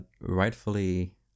rightfully